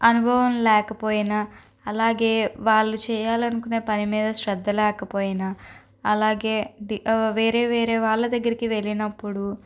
అనుభవం లేకపోయినా అలాగే వాళ్ళు చేయాలనుకునే పని మీద శ్రద్ద లేకపోయినా అలాగే వి వేరే వేరే వాళ్ళదగ్గరికి వెళ్ళినప్పుడు